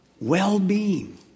well-being